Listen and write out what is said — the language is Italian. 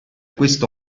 questo